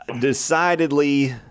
decidedly